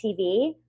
TV